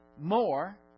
more